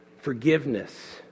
Forgiveness